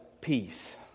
peace